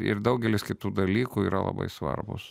ir daugelis kitų dalykų yra labai svarbūs